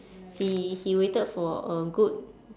he he waited for a good